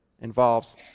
involves